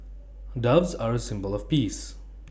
doves are A symbol of peace